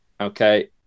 Okay